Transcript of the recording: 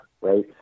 right